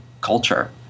culture